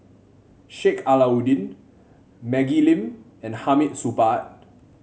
Sheik Alau'ddin Maggie Lim and Hamid Supaat